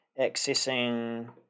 accessing